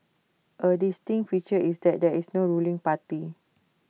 A distinct feature is that there is no ruling party